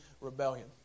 rebellion